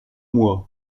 mois